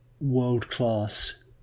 world-class